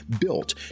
built